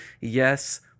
yes